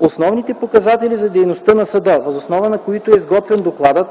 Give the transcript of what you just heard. Основните показатели за дейността на съда, въз основа на които е изготвен докладът,